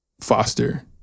foster